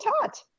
taught